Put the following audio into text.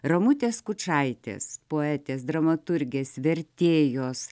ramutės skučaitės poetės dramaturgės vertėjos